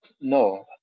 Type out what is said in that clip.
no